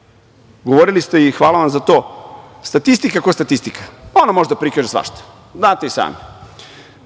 DOS-a. Govorili ste i hvala vam za to, statistika kao statistika, ona može da prikaže svašta, znate i sami.